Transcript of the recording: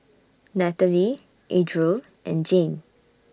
Nataly Adriel and Jane